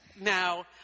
Now